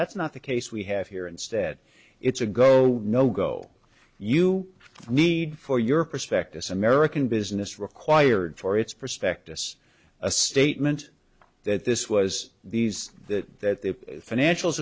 that's not the case we have here instead it's a go nogo you need for your prospectus american business required for its prospectus a statement that this was these that that the financials